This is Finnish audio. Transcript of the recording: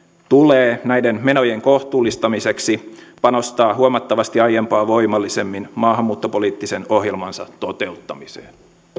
tulee näiden menojen kohtuullistamiseksi panostaa huomattavasti aiempaa voimallisemmin maahanmuuttopoliittisen ohjelmansa toteuttamiseen